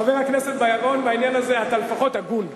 חבר הכנסת בר-און, בעניין הזה אתה לפחות הגון.